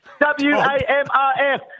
W-A-M-R-F